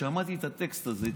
שמעתי את הטקסט הזה,